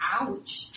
ouch